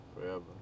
forever